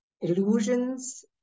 illusions